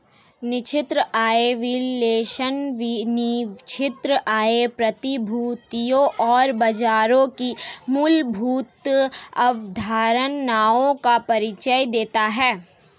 निश्चित आय विश्लेषण निश्चित आय प्रतिभूतियों और बाजारों की मूलभूत अवधारणाओं का परिचय देता है